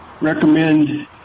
recommend